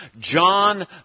John